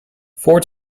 four